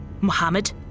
Mohammed